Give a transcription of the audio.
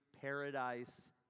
paradise